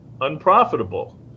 unprofitable